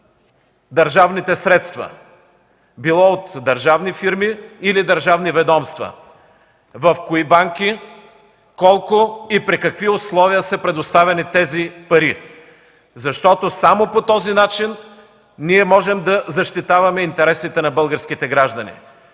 държавните средства, било от държавни фирми или държавни ведомства, в кои банки, колко и при какви условия са предоставени тези пари. Само по този начин можем да защитаваме интересите на българските граждани.